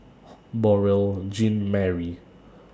Beurel Jean Marie